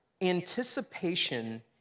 anticipation